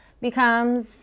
becomes